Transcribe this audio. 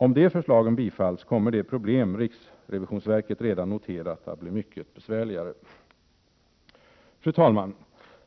Om de förslagen bifalls kommer de problem riksrevisionsverket redan noterat att bli mycket besvärligare. Fru talman!